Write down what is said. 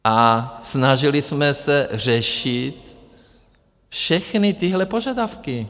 A snažili jsme se řešit všechny tyhle požadavky.